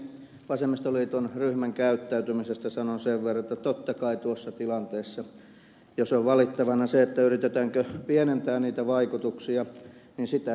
vasemmistoliiton ryhmän käyttäytymisestä sanon sen verran että totta kai tuossa tilanteessa jos on valittavana se yritetäänkö pienentää niitä vaikutuksia sitä yritetään